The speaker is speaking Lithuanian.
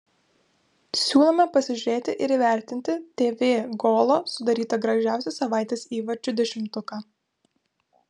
siūlome pasižiūrėti ir įvertinti tv golo sudarytą gražiausią savaitės įvarčių dešimtuką